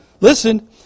listen